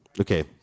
Okay